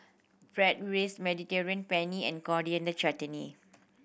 Bratwurst Mediterranean Penne and Coriander Chutney